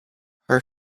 her